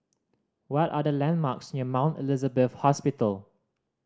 what are the landmarks near Mount Elizabeth Hospital